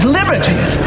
liberty